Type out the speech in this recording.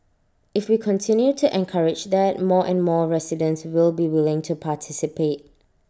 if we continue to encourage that more and more residents will be willing to participate